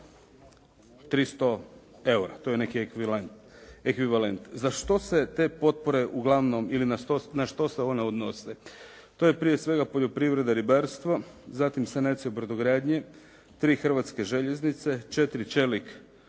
300 eura, to je neki ekvivalent. Za što se te potpore uglavnom ili na što se one odnose, to je prije svega poljoprivreda i ribarstvo, zatim sanacija u brodogradnji, tri hrvatske željeznice, četiri čelik